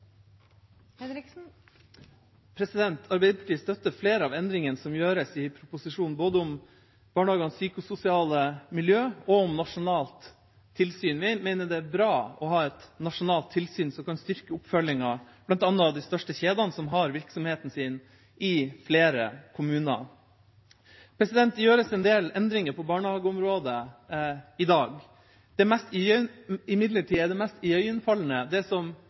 Arbeiderpartiet støtter flere av endringene som gjøres i proposisjonen, både om barnehagenes psykososiale miljø og om nasjonalt tilsyn. Vi mener det er bra å ha et nasjonalt tilsyn som kan styrke oppfølgingen av bl.a. de største kjedene som har virksomheten sin i flere kommuner. Det gjøres en del endringer på barnehageområdet i dag. Imidlertid er det mest